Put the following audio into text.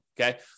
okay